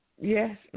Yes